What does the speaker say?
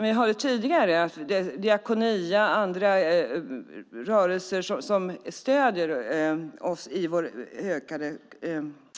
Vi har hört tidigare att Diakonia och andra rörelser stöder oss i vår ökade